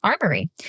armory